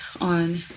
on